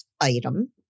item